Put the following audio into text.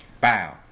bow